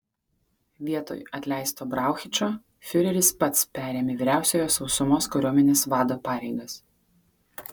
vietoj atleisto brauchičo fiureris pats perėmė vyriausiojo sausumos kariuomenės vado pareigas